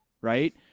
right